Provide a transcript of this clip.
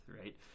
right